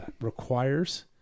requires